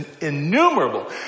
innumerable